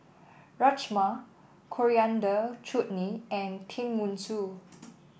Rajma Coriander Chutney and Tenmusu